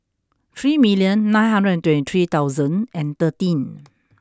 three million nine hundred and twenty three thousand and thirteen